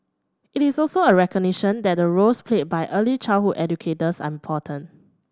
it is also a recognition that the roles played by early childhood educators are important